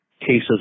cases